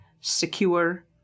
secure